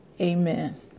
Amen